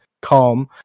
calm